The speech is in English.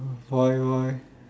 voyboy